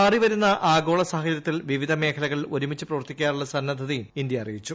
മാറി വരുന്ന ആഗോള സാഹചരൃത്തിൽ വിവിധമേഖലകളിൽ ഒരുമിച്ചു പ്രവർത്തിക്കാനുള്ള സന്നദ്ധതയും ഇന്ത്യ അറിയിച്ചു